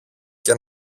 και